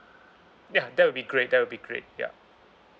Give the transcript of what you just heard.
ya that'll be great that'll be great ya